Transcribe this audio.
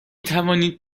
توانید